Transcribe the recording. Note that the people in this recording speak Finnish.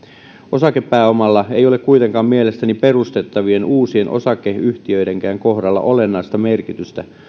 osakepääomalla ei ole kuitenkaan mielestäni perustettavien uusien osakeyhtiöidenkään kohdalla olennaista merkitystä